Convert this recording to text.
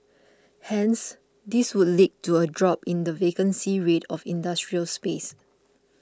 hence this would lead to a drop in the vacancy rate of industrial space